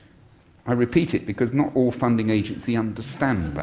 i repeat it because not all funding agencies understand that.